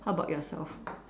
how about yourself